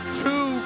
two